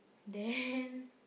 then